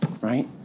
right